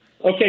Okay